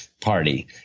party